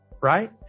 Right